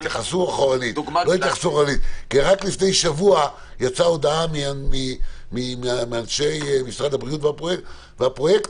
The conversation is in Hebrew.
רק לפני שבוע יצאה הודעה מאנשי משרד הבריאות והפרויקטור